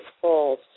falls